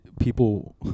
people